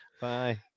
bye